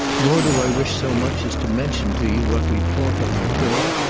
nor do i wish so much as to mention to you what we've talked of before,